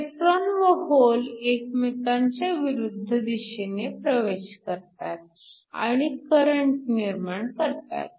electron व hole एकमेकांच्या विरुद्ध दिशेला प्रवास करतात आणि करंट निर्माण करतात